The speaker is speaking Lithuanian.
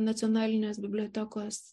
nacionalinės bibliotekos